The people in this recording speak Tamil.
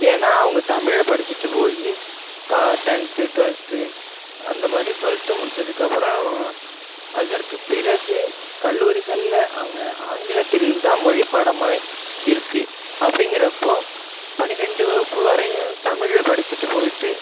ஏனால் அவங்க தமிழில் படிச்சுட்டு போயி கா டென்த்து டுவெல்த்து அந்தமாதிரி டுவெல்த்து முடிச்சதுக்கப்புறோம் அதற்கு பிறகு கல்லூரிகளில் அவங்க ஆங்கிலத்தில் தான் மொழி பாடமாக இருக்கும் அப்படிங்கிறப்போ பன்னிரெண்டு வகுப்பு வரையும் தமிழில் படிச்சுட்டு போயிட்டு